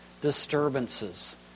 disturbances